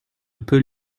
peut